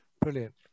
brilliant